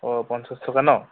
অঁ পঞ্চাছ টকা নহ্